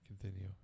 continue